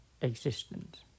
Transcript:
existence